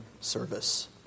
service